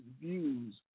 views